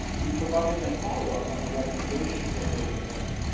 we provided them follow-up on the recommendations that they gave us,